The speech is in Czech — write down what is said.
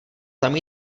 tam